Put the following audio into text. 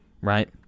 right